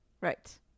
right